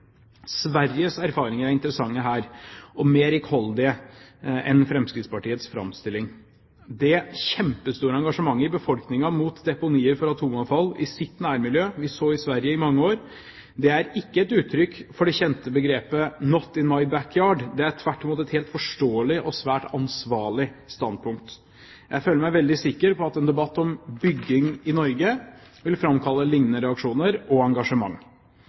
Sveriges erfaringer er interessante her, og mer rikholdige enn Fremskrittspartiets framstilling. Det kjempestore engasjementet i befolkningen i landet mot deponier i nærmiljøet som vi så i Sverige i mange år, er ikke et uttrykk for det kjente begrepet «not in my backyard», det er tvert imot et helt forståelig og svært ansvarlig standpunkt. Jeg føler meg veldig sikker på at en debatt om bygging i Norge vil framkalle lignende reaksjoner og engasjement.